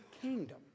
kingdom